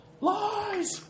Lies